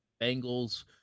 Bengals